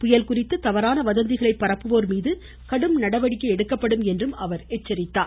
புயல் குறித்து தவறான வதந்திகளை பரப்புவோர் மீது கடும் நடவடிக்கை எடுக்கப்படும் என்று எச்சரித்தார்